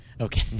Okay